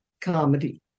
comedy